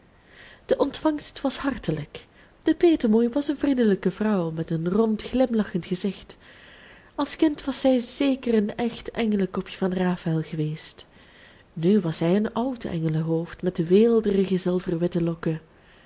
de ontvangst was hartelijk de petemoei was een vriendelijke vrouw met een rond glimlachend gezicht als kind was zij zeker een echt engelenkopje van raphaël geweest nu was zij een oud engelenhoofd met weelderige zilverwitte lokken